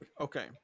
Okay